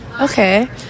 Okay